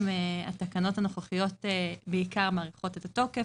התקנות הנוכחיות בעיקר מאריכות את התוקף